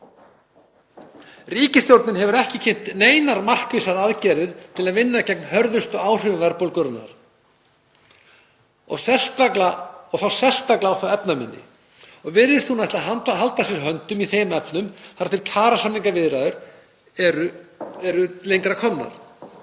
Ríkisstjórnin hefur ekki kynnt neinar markvissar aðgerðir til að vinna gegn hörðustu áhrifum verðbólgunnar, sérstaklega á hina efnaminni, og virðist ætla að halda að sér höndum í þeim efnum þar til kjarasamningaviðræður eru lengra komnar.